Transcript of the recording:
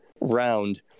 round